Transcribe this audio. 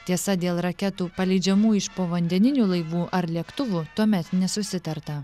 tiesa dėl raketų paleidžiamų iš povandeninių laivų ar lėktuvų tuomet nesusitarta